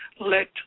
let